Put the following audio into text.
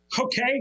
okay